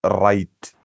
right